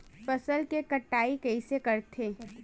फसल के कटाई कइसे करथे?